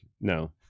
No